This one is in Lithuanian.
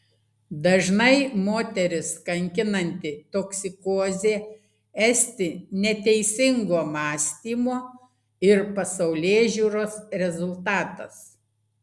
dažnai moteris kankinanti toksikozė esti neteisingo mąstymo ir pasaulėžiūros rezultatas